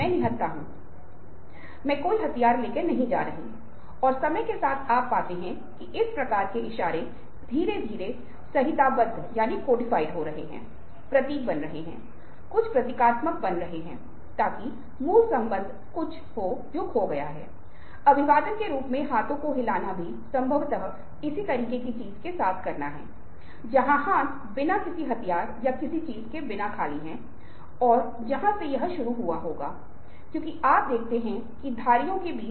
बिक्री में हेरफेर होता है हमारे जीवन में हेरफेर होता है दोस्ती में रिश्ते मे हेरफेर होता है जोड़ तोड़ वह जगह है जहाँ कोई व्यक्ति वास्तव में इसका मतलब निकालने के लिए ईमानदारी से इरादा किए बिना कुछ कर रहा है वास्तव में बिना मतलब के कुछ कर रहा है जो आप एक निश्चित अर्थ में कहते हैं यह हेरफेर है